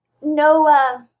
No